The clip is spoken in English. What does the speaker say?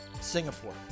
Singapore